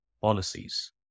policies